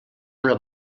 una